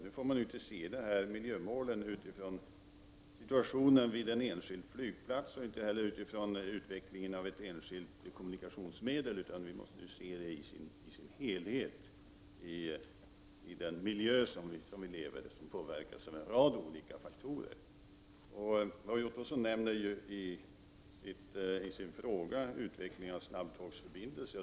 Nu får man inte se miljömålen utifrån situationen vid en enskild flygplats och inte heller utifrån utvecklingen av ett enskilt kommunikationsmedel, utan miljömålet måste ses i dess helhet. Den miljö vi lever i påverkas av en rad olika faktorer. Roy Ottosson nämner i sin fråga utvecklingen av snabbtågsförbindelserna.